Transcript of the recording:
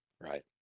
Right